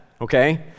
okay